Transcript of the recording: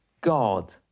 god